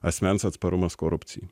asmens atsparumas korupcijai